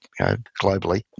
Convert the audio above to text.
globally